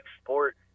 sport